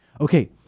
Okay